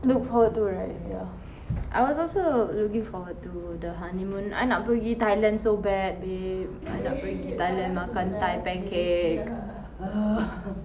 look forward to right ya I was also looking forward to the honeymoon I nak pergi thailand so bad babe I nak pergi thailand makan thai pancake ugh